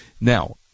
Now